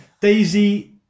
Daisy